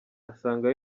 asanga